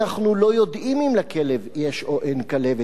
אנחנו לא יודעים אם לכלב יש או אין כלבת.